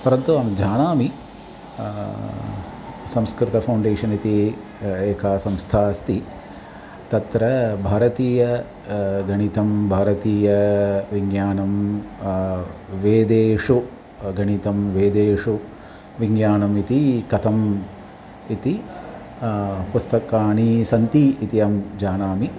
परन्तु अहं जानामि संस्कृतफ़ौण्डेशन् इति एका संस्था अस्ति तत्र भारतीय गणितं भारतीयविज्ञानं वेदेषु गणितं वेदेषु विज्ञानम् इति कथम् इति पुस्तकानि सन्ति इति अहं जानामि